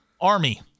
Army